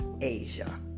Asia